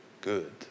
good